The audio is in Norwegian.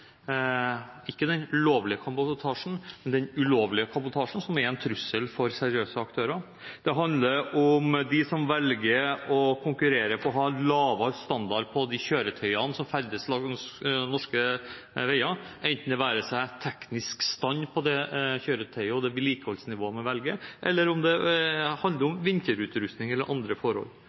ikke den lovlige kabotasjen, men den ulovlige kabotasjen, som er en trussel for seriøse aktører. Det handler om dem som velger å konkurrere om å ha en lavere standard på de kjøretøyene som ferdes langs norske veier, enten det dreier seg om teknisk stand på kjøretøyet og det vedlikeholdsnivået man velger, eller det dreier seg om vinterutrustning eller andre forhold.